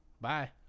Bye